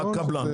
רק קבלן.